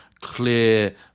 clear